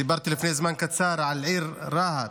דיברתי לפני זמן קצר על העיר רהט,